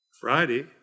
Friday